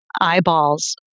eyeballs